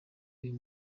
uyu